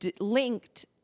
linked